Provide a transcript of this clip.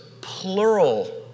plural